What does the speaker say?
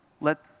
let